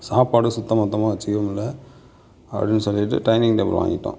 சாப்பாடும் சுத்தபத்தமாக வச்சுக்க முடியல அப்படின்னு சொல்லிட்டு டைனிங் டேபிள் வாங்கிட்டோம்